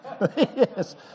Yes